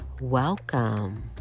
Welcome